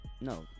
No